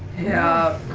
yeah.